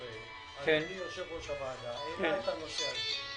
ב-2019, אדוני יושב-ראש הוועדה העלה את הנושא הזה,